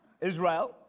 Israel